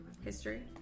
history